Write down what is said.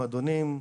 מועדונים,